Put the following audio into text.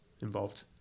involved